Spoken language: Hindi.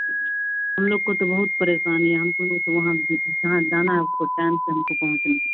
हमलोग को तो बहुत परेशानी है हमलोग को तो वहाँ जहाँ जाना है हमको टाइम से भी तो पहुँचना है